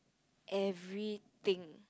everything